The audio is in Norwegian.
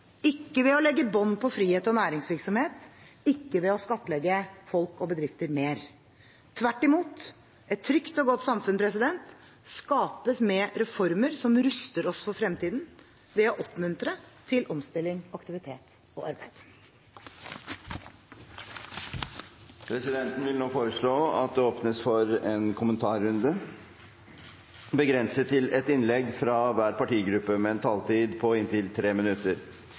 ikke ved å legge bånd på frihet og næringsvirksomhet, ikke ved å skattlegge folk og bedrifter mer. Tvert imot. Et trygt og godt samfunn skapes med reformer som ruster oss for fremtiden, ved å oppmuntre til omstilling, aktivitet og arbeid. Presidenten vil nå foreslå at det åpnes for en kommentarrunde, begrenset til ett innlegg fra hver partigruppe med en taletid på inntil 3 minutter.